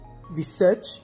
research